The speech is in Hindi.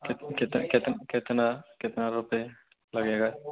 कितना रुपए लगेगा